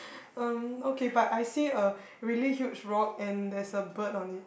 um okay but I see a really huge rock and there's a bird on it